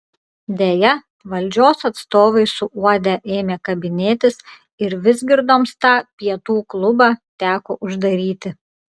deja valdžios atstovai suuodę ėmė kabinėtis ir vizgirdoms tą pietų klubą teko uždaryti